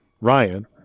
Ryan